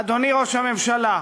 אדוני ראש הממשלה,